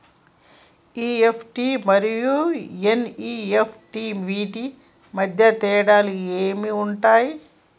EFT మరియు NEFT వీటి మధ్య తేడాలు ఏమి ఉంటాయి?